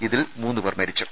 ഇതിൽ മൂന്ന് പേർ മരിച്ചു